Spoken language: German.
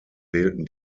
wählten